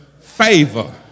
favor